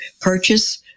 purchase